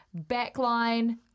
Backline